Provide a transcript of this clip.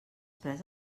pres